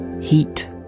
Heat